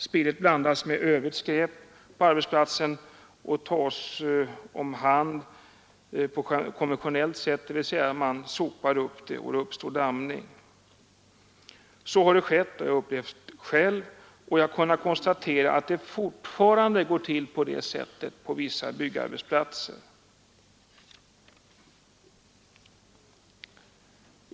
Spillet blandas med övrigt skräp på arbetsplatsen och tas om hand på konventionellt sätt, dvs. det sopas upp, varvid damning uppstår. Så har skett — jag har upplevt det själv — och jag har också kunnat konstatera att det fortfarande går till på det sättet på vissa byggarbetsplatser.